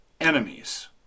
enemies